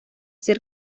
ser